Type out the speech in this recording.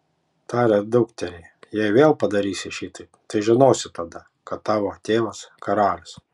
tarė dukteriai jei vėl padarysi šiteip tai žinosi tada kad tavo tėvas karalius